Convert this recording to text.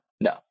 no